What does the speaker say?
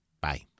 Bye